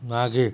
मागे